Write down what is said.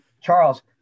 Charles